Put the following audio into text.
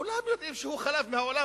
כולם יודעים שהוא חלף מן העולם,